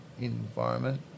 environment